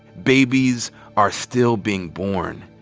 babies are still being born.